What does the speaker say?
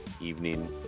evening